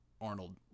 Arnold